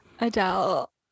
adele